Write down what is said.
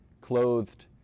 clothed